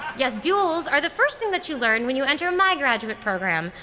yes duels are the first thing that you learn when you enter my graduate program,